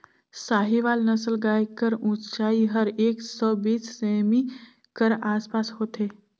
साहीवाल नसल गाय कर ऊंचाई हर एक सौ बीस सेमी कर आस पास होथे